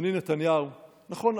אדוני נתניהו: נכון,